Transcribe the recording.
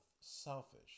selfish